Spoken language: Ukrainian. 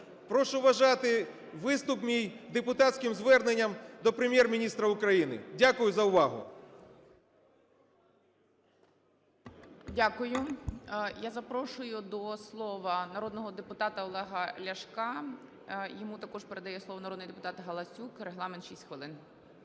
Прошу вважати виступ мій депутатським зверненням до Прем'єр-міністра України. Дякую за увагу. ГОЛОВУЮЧИЙ. Дякую. Я запрошую до слова народного депутата Олега Ляшка, йому також передає слово народний депутатГаласюк, регламент – 6 хвилин.